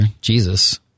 Jesus